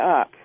up